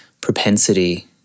propensity